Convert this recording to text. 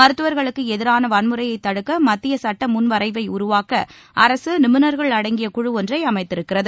மருத்துவர்களுக்கு எதிரான வன்முறையத் தடுக்க மத்திய சட்ட முன்வரைவை உருவாக்க அரசு நிபுணர்கள் அடங்கிய குழு ஒன்றை அமைத்திருக்கிறது